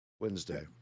Wednesday